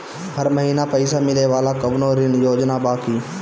हर महीना पइसा मिले वाला कवनो ऋण योजना बा की?